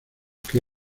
que